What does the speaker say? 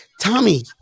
Tommy